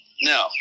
No